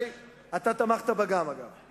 אתה בכוח, גם אתה תמכת בה, אגב.